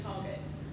targets